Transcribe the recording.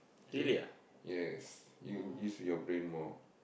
okay yes you use your brain more